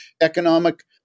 economic